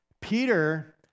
Peter